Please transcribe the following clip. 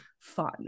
fun